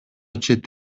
чет